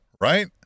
right